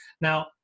Now